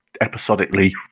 episodically